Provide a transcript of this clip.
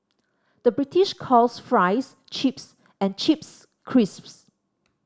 the British calls fries chips and chips crisps